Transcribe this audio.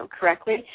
correctly